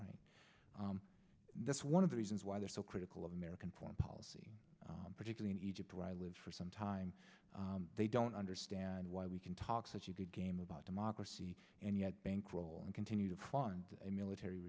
and that's one of the reasons why they are so critical of american foreign policy particularly egypt where i live for some time they don't understand why we can talk such a good game about democracy and yet bankroll and continue to fund a military